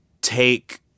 take